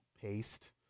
Paste